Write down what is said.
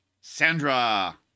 Sandra